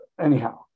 Anyhow